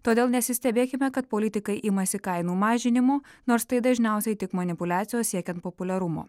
todėl nesistebėkime kad politikai imasi kainų mažinimų nors tai dažniausiai tik manipuliacijos siekiant populiarumo